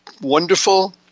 wonderful